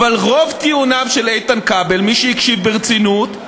אבל רוב טיעוניו של איתן כבל, מי שהקשיב ברצינות,